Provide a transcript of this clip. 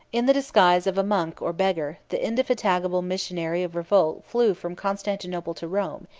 in the disguise of a monk or beggar, the indefatigable missionary of revolt flew from constantinople to rome,